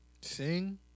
Sing